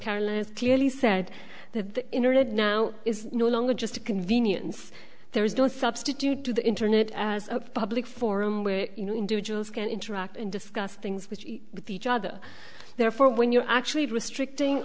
clearly said that the internet now is no longer just a convenience there is no substitute to the internet as a public forum where you know individuals can interact and discuss things with you with each other therefore when you're actually restricting